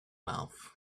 mouth